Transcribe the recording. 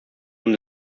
nun